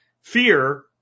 Fear